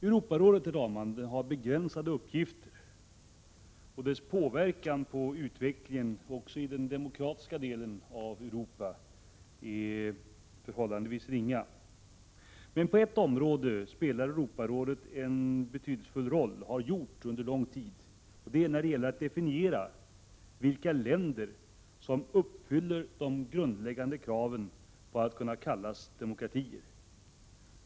Europarådet har begränsade uppgifter, och dess påverkan på utvecklingen också i den demokratiska delen av Europa är förhållandevis ringa. Men på ett område spelar Europarådet en betydelsefull roll, och har så gjort under lång tid. Det är när det gäller att definiera vilka länder som uppfyller de grundläggande kraven på att kunna kallas demokratier.